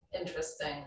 interesting